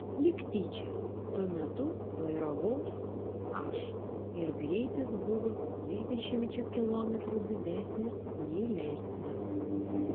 lyg tyčia tuo metu vairavau aš ir greitis buvo dvidešimčia kilometrų didesnis nei leistinas